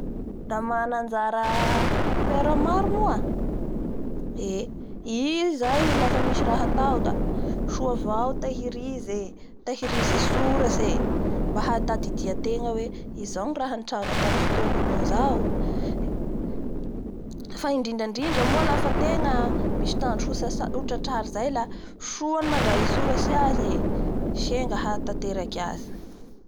La mananajara toera maro moa, ee i zay lafa misy raha atao da soa avao tahirizy ee, tahirizy antsoratsy eemba hahatadididan-tenga hoe izao ny rah nitranga tamin'ny fotoa hokan'izao fa indraindra moa lafa ategna misy tanjo hotsasa-hotratarary zay la soa ny mandray antsoratry azy ee senga hahatanteraky azy.